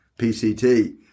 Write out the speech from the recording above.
PCT